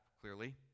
clearly